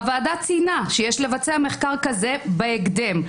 הוועדה ציינה שיש לבצע מחקר כזה בהקדם.